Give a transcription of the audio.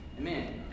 Amen